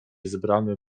zebrane